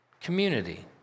community